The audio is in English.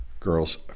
Girls